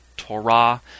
Torah